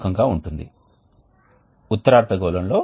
ఈ బెడ్లో మాకు స్టోరేజ్ మెటీరియల్ లేదా మ్యాట్రిక్స్ ఉన్నాయి